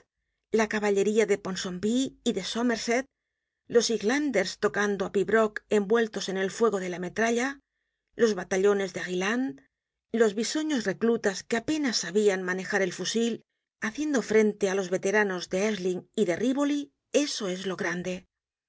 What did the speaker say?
la caballería de ponsomby y de somerset los highlanders tocando el pibroch envueltos en el fuego de la metralla los batallones de rylandt los bisoños reclutas que apenas sabían manejar el fusil haciendo frente á los veteranos de essling y de rívoli eso es lo grande